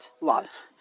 Lots